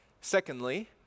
Secondly